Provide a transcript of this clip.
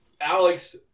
alex